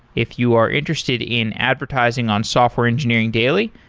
if you are interested in advertising on software engineering daily,